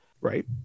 right